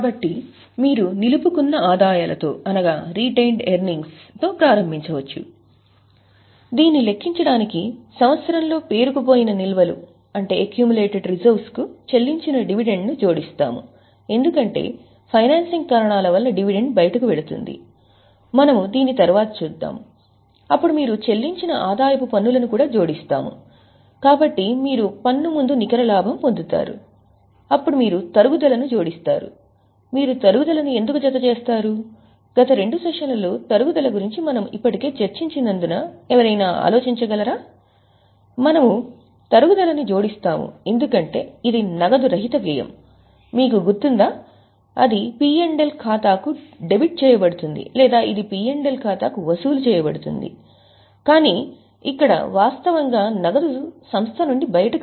కాబట్టి మీరు నిలుపుకున్న ఆదాయాలతో అనగా రెటైనెడ్ ఎర్నింగ్స్ ఖాతా కు వసూలు చేయబడుతుంది కాని ఇక్కడ వాస్తవంగా నగదు సంస్థ నుంచి బయటకు